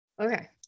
Okay